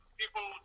people